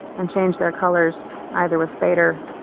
and change their colors either with fader